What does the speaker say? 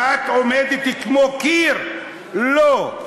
ואת עומדת כמו קיר: לא.